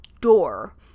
door